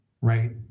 right